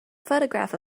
photograph